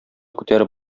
күтәреп